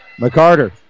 McCarter